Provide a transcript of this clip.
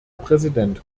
präsident